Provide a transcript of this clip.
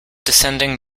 descending